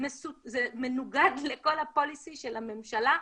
זה מנוגד לכל המדיניות של הממשלה,